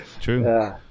true